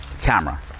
camera